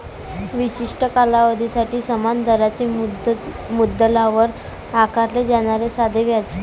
विशिष्ट कालावधीसाठी समान दराने मुद्दलावर आकारले जाणारे साधे व्याज